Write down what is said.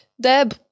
Deb